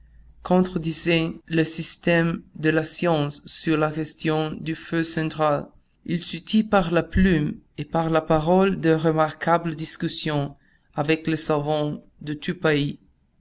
contredisaient les systèmes de la science sur la question du feu central il soutint par la plume et par la parole de remarquables discussions avec les savants de tous